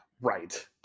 Right